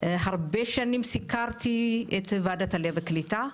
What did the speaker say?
הרבה שנים סיקרתי את ועדת העלייה והקליטה.